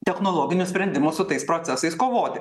technologinio sprendimo su tais procesais kovoti